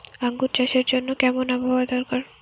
আঙ্গুর চাষের জন্য কেমন আবহাওয়া দরকার?